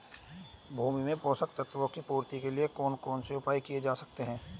भूमि में पोषक तत्वों की पूर्ति के लिए कौन कौन से उपाय किए जा सकते हैं?